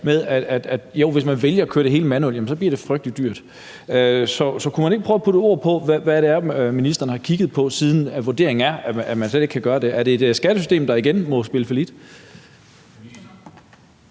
– jo, hvis man vælger at køre det hele manuelt, bliver det frygtelig dyrt. Så kunne ministeren ikke prøve at putte nogle ord på, hvad det er, han har kigget på, siden vurderingen er, at man slet ikke kan gøre det. Er det et skattesystem, der igen må spille fallit?